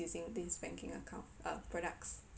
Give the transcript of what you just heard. using this banking account uh products